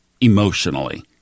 emotionally